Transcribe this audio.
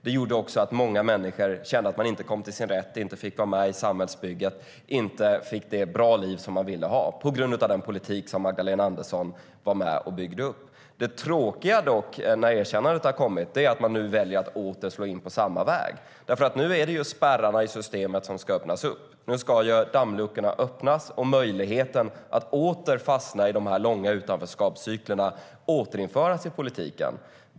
Det gjorde att många människor kände att de inte kom till sin rätt, inte fick vara med i samhällsbygget och inte fick det bra liv som de ville ha, detta på grund av den politik som Magdalena Andersson var med och byggde upp. Det tråkiga är dock, nu när erkännandet har kommit, att man väljer att åter slå in på samma väg. Nu ska spärrarna i systemet öppnas upp, nu ska dammluckorna öppnas och möjligheten att åter fastna i de långa utanförskapscyklerna återinföras i politiken.